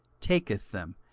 taketh them,